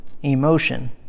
emotion